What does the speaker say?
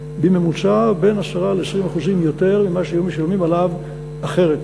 בממוצע בין 10% ל-20% יותר ממה שהיו משלמים עליו אחרת.